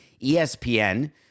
ESPN